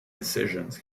decisions